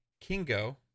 Kingo